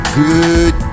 Good